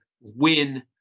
win